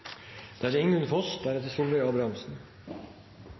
Da er det